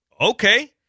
okay